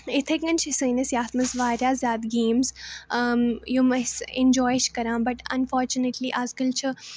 یِتھَٕے کٔنۍ چھِ سٲنِس یَتھ منٛز واریاہ زیادٕ گیمٕز یِم أسۍ اِنٛجاے چھِ کَران بَٹ اَنفارچُنیٹلی اَزکَل چھِ